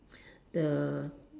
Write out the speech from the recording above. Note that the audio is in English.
the